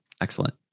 excellent